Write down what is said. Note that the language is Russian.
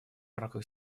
рамках